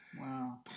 Wow